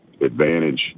advantage